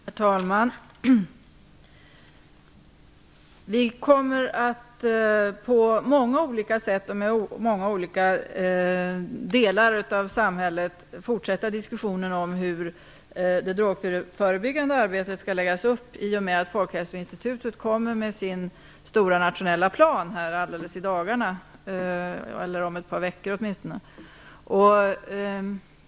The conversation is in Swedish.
Herr talman! Vi kommer på många olika sätt och med många olika delar av samhället att fortsätta diskussionen om hur det drogförebyggande arbetet skall läggas upp. Folkhälsoinstitutet kommer ju med sin stora nationella plan om ett par veckor.